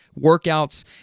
workouts